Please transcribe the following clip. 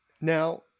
Now